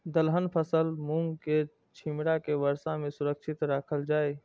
दलहन फसल मूँग के छिमरा के वर्षा में सुरक्षित राखल जाय?